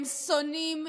הם שונאים,